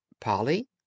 polly